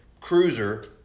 cruiser